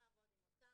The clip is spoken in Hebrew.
אין